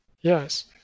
Yes